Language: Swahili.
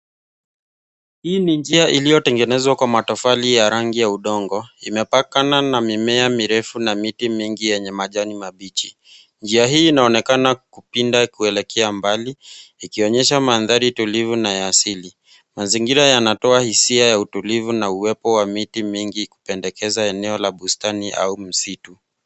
Hii ni njia iliyotengenezwa kwa matofali ya rangi ya udongo. Imepakana na mimea mirefu na miti mingi yenye majani mabichi. Njia hii inaonekana kupinda kuelekea mbali ikionyesha mandhari tulivu na ya asili. Mazingira yanatoa hisia ya utulivu na uwepo wa miti mingi kupendekeza eneo la bustani au msitu.